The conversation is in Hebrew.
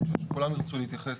אני חושב שכולם ירצו להתייחס,